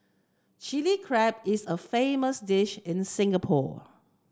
Chilli Crab is a famous dish in Singapore